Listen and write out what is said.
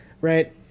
right